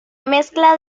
mezcla